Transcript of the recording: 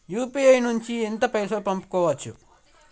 UPI నుండి ఎంత పైసల్ పంపుకోవచ్చు?